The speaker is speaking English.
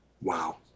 Wow